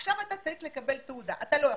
עכשיו אתה צריך לקבל תעודה אבל אתה לא יכול.